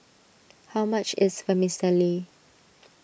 how much is Vermicelli